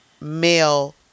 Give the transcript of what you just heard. male